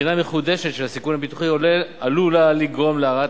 בחינה מחודשת של הסיכון הביטוחי עלולה לגרום להרעת